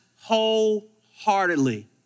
wholeheartedly